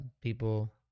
people